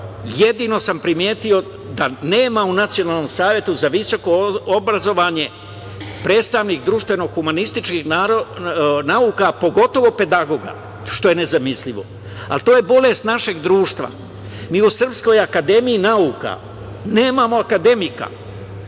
Jedino sam primetio da nema u Nacionalnom savetu za visoko obrazovanje predstavnik društveno humanističkih nauka, pogotovo pedagoga, što je nezamislivo, ali to je bolest našeg društva. Mi u SANU nemamo akademika